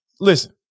Listen